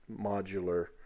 modular